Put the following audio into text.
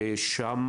ועשו שם